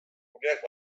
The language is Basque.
guneak